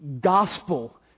gospel